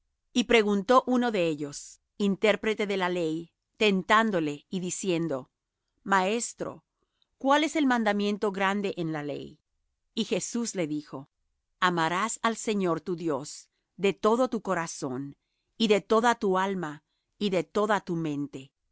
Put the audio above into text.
y preguntó uno de ellos intérprete de la ley tentándole y diciendo maestro cuál es el mandamiento grande en la ley y jesús le dijo amarás al señor tu dios de todo tu corazón y de toda tu alma y de toda tu mente